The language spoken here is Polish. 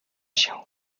się